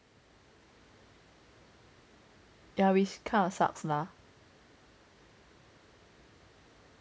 ya which kind of sucks lah